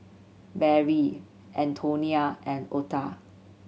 Barrie Antonia and Ota